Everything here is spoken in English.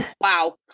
Wow